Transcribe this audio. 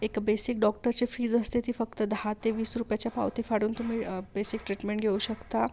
एक बेसिक डॉक्टरची फीज असते ती फक्त दहा ते वीस रुपयाच्या पावती फाडून तुम्ही बेसिक ट्रीटमेंट घेऊ शकता